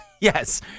yes